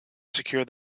secure